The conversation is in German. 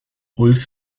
ulf